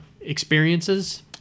experiences